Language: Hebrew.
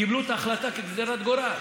קיבלו את ההחלטה כגזרת גורל.